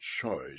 choice